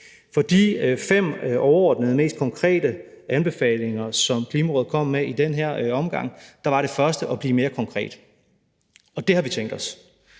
Af de fem overordnede mest konkrete anbefalinger, som Klimarådet kom med i den her omgang, var det første råd at blive mere konkret, og det har vi tænkt os.